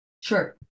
Sure